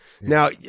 Now